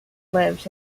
lives